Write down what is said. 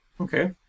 Okay